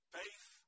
faith